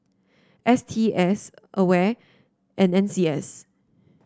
S T S Aware and N C S